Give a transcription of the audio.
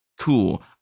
Cool